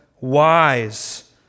wise